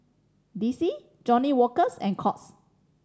D C Johnnie Walkers and Courts